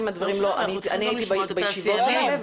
אני הייתי בישיבות האלה.